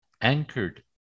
anchored